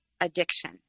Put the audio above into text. addiction